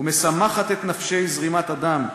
ומשמחת את נפשי זרימת הדם,